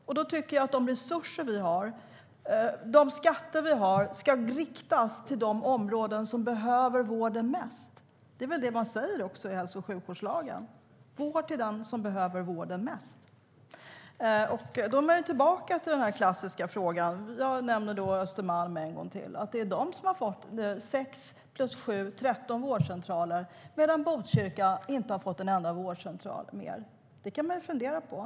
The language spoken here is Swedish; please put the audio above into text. Därför tycker jag att skatterna ska riktas till de områden som behöver vården mest. Det är vad som framgår i hälso och sjukvårdslagen: vård till dem som behöver vården mest. Då är vi tillbaka till den klassiska frågan. Jag nämner Östermalm en gång till. Området har nu 13 vårdcentraler medan Botkyrka inte har fått en enda ytterligare vårdcentral.